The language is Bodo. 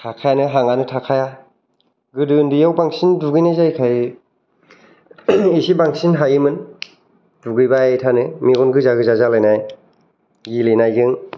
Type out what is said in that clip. हाखायानो हां आनो थाखाया गोदो उन्दैयाव बांसिन दुगैनाय जायोखाय एसे बांसिन हायोमोन दुगैबाय थानो मेगन गोजा गोजा जालायनाय गेलेनायजों